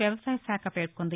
వ్యవసాయ శాఖ పేర్కొంది